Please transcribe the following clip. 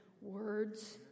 words